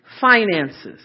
finances